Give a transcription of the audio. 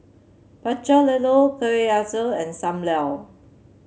Pecel Lele kueh and Sam Lau